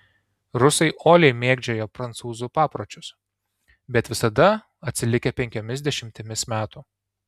rusai uoliai mėgdžioja prancūzų papročius bet visada atsilikę penkiomis dešimtimis metų